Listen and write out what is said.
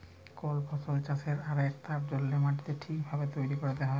call ফসল চাষের আগেক তার জল্যে মাটিকে ঠিক ভাবে তৈরী ক্যরতে হ্যয়